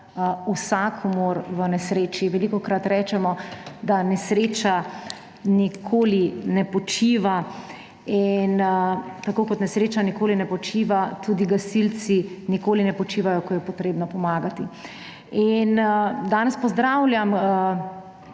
vsakomur v nesreči. Velikokrat rečemo, da nesreča nikoli ne počiva. Tako kot nesreča nikoli ne počiva, tudi gasilci nikoli ne počivajo, ko je potrebno pomagati. Danes pozdravljam